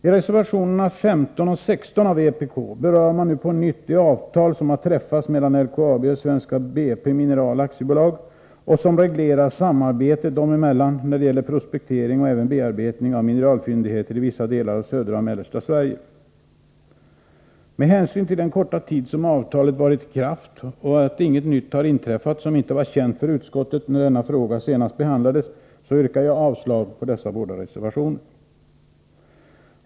I reservationerna 15 och 16 av vpk berör man nu på nytt det avtal som har träffats mellan LKAB och Svenska BP Mineral AB och som reglerar samarbetet dem emellan när det gäller prospektering och även bearbetning av mineralfyndigheter i vissa delar av södra och mellersta Sverige. Med hänsyn till den korta tid som avtalet har varit i kraft och att inget nytt har inträffat som inte var känt för utskottet när denna fråga senast behandlades, yrkar jag avslag på dessa båda reservationer.